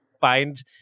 find